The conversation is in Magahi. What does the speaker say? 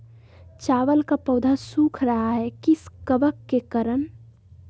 चावल का पौधा सुख रहा है किस कबक के करण?